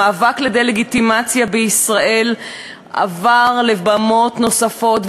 המאבק לדה-לגיטימציה של ישראל עבר לבמות נוספות,